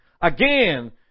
Again